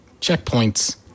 checkpoints